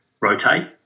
rotate